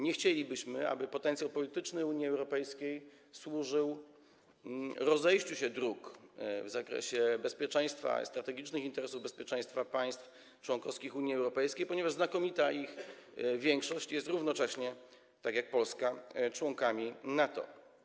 Nie chcielibyśmy, aby potencjał polityczny Unii Europejskiej służył rozejściu się dróg w zakresie bezpieczeństwa, strategicznych interesów bezpieczeństwa państw członkowskich Unii Europejskiej, ponieważ znakomita ich większość jest równocześnie, tak jak Polska, członkami NATO.